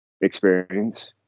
experience